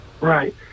Right